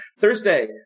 Thursday